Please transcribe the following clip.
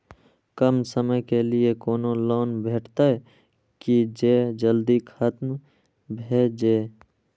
कम समय के लीये कोनो लोन भेटतै की जे जल्दी खत्म भे जे?